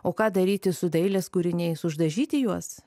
o ką daryti su dailės kūriniais uždažyti juos